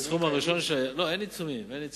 אין עיצומים.